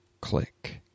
click